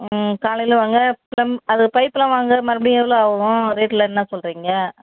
ம் காலையில் வாங்க ப்லம் அது பைப்பெல்லாம் வாங்க மறுபடியும் எவ்வளோ ஆவும் ரேட் எல்லாம் என்ன சொல்லுறீங்க